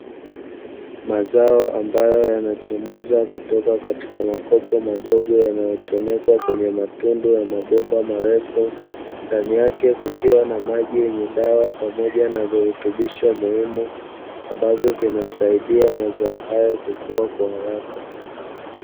Mazao ambayo yanachomoza kutoka katika makopo madogo, yanayochomekwa kwenye matundu ya mabomba marefu. Ndani yake kukiwa na maji ya dawa pamoja na virutubisho muhimu ambavyo vinasaidia mazao hayo kukua kwa haraka.